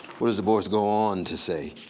what does du bois go on to say?